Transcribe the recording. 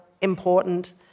important